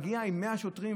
מגיע עם 100 שוטרים,